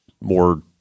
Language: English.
more